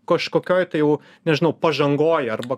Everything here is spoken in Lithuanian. kažkokioj tai jau nežinau pažangoj arba